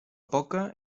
poca